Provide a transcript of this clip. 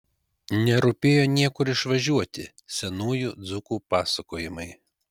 nerūpėjo niekur išvažiuoti senųjų dzūkų pasakojimai